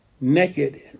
naked